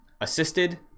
assisted